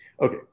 Okay